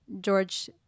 George